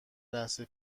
لحظه